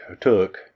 took